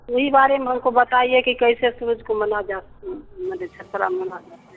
नहीं बारे में उसको बताइये कि कैसे हम उसको मना जाते हैं मुझे छत पर आने में